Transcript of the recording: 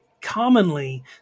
commonly